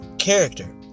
Character